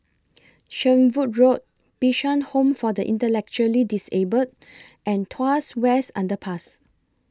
Shenvood Road Bishan Home For The Intellectually Disabled and Tuas West Underpass